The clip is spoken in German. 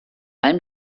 allem